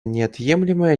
неотъемлемая